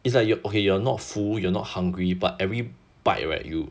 it's like you are okay you're not full you're not hungry but every bite right you